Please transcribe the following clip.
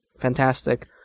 Fantastic